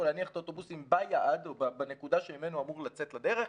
להניח את האוטובוסים ביעד או בנקודה שממנו הוא אמור לצאת לדרך,